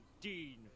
dean